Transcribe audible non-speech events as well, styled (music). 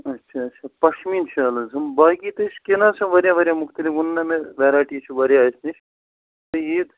اَچھا اَچھا پشمیٖن شال حظ ہُم باقی تے چھِ کیٚنٛہہ نَہ حظ چھِ وارِیاہ وارِیاہ مختلف ووٚننا مےٚ وٮ۪ریٹی چھِ وارِیاہ اَسہِ نِش (unintelligible)